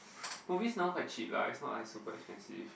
movies now quite cheap lah it's not like super expensive